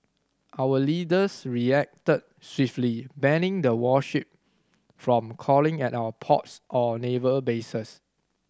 our leaders reacted swiftly banning the warship from calling at our ports or naval bases